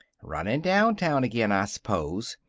runnin' downtown again, i s'pose.